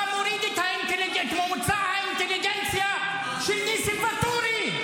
אתה מוריד את ממוצע האינטליגנציה של ניסים ואטורי.